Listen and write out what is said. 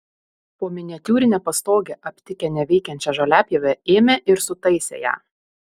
po miniatiūrine pastoge aptikę neveikiančią žoliapjovę ėmė ir sutaisė ją